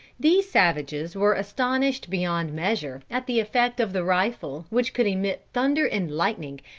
these savages were astonished beyond measure, at the effect of the rifle which could emit thunder and lightning,